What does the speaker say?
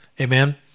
Amen